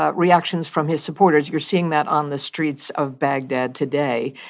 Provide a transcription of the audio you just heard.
ah reactions from his supporters. you're seeing that on the streets of baghdad today.